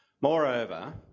Moreover